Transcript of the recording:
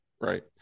Right